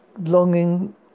longing